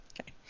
okay